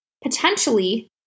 potentially